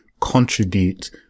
contribute